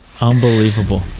Unbelievable